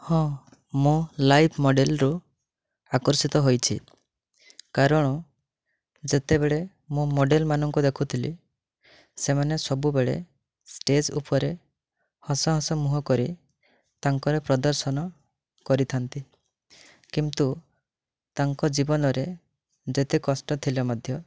ହଁ ମୁଁ ଲାଇଫ୍ ମଡ଼େଲ୍ରୁ ଆକର୍ଷିତ ହୋଇଛି କାରଣ ଯେତେବେଳେ ମୁଁ ମଡ଼େଲ୍ମାନଙ୍କୁ ଦେଖୁଥିଲି ସେମାନେ ସବୁବେଳେ ଷ୍ଟେଜ୍ ଉପରେ ହସ ହସ ମୁହଁ କରି ତାଙ୍କର ପ୍ରଦର୍ଶନ କରିଥାଆନ୍ତି କିନ୍ତୁ ତାଙ୍କ ଜୀବନରେ ଯେତେ କଷ୍ଟ ଥିଲେ ମଧ୍ୟ